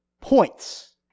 points